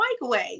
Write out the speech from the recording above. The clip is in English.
microwave